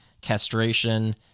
castration